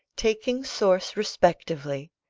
taking source respectively,